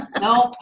Nope